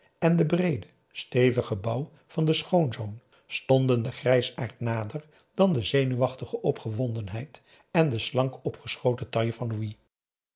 en de breede stevige bouw van den schoonzoon stonden den grijsaard nader dan de zenuwachtige opgewondenheid en de slank opgeschoten taille van louis